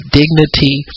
dignity